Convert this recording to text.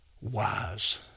wise